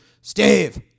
Steve